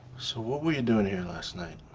so, what were you doing here last night?